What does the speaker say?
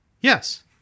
Yes